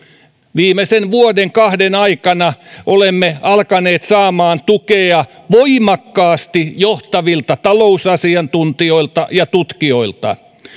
viimeisen vuoden kahden aikana olemme alkaneet saamaan tukea voimakkaasti johtavilta talousasiantuntijoilta ja tutkijoilta